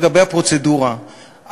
לגבי הפרוצדורה,